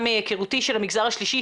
גם מהיכרותי את המגזר השלישי,